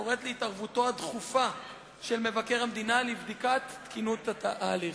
וקוראת להתערבותו הדחופה של מבקר המדינה לבדיקת תקינות ההליך.